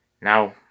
Now